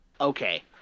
okay